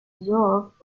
absorbed